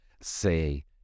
say